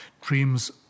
dreams